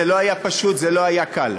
זה לא היה פשוט, זה לא היה קל,